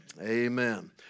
Amen